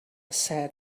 said